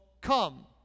come